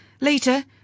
Later